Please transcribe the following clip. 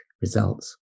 results